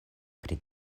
pri